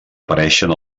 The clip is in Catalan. apareixen